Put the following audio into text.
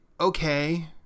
okay